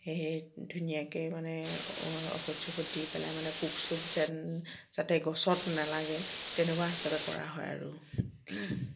সেয়েহে ধুনীয়াকৈ মানে ঔষধ চৌষধ দি পেলাই মানে পোক চোক যেন যাতে গছত নেলাগে তেনেকুৱা হিচাপে কৰা হয় আৰু